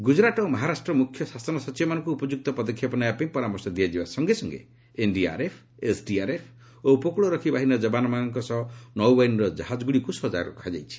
ଗୁକରାଟ ଓ ମହାରାଷ୍ଟ୍ରର ମୁଖ୍ୟ ଶାସନ ସଚିବମାନଙ୍କୁ ଉପଯୁକ୍ତ ପଦକ୍ଷେପ ନେବାପାଇଁ ପରାମର୍ଶ ଦିଆଯିବା ସଙ୍ଗେ ସଙ୍ଗେ ଏନ୍ଡିଆର୍ଏଫ୍ ଏସ୍ଡିଆର୍ଏଫ୍ ଓ ଉପକୂଳରକ୍ଷୀ ବାହିନୀର ଯବାନମାନଙ୍କ ସହ ନୌବାହିନୀର ଜାହାଜଗୁଡ଼ିକୁ ସଜାଗ ରଖାଯାଇଛି